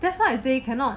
that's why I say cannot